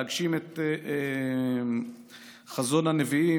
להגשים את חזון הנביאים,